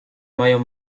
mają